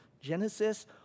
Genesis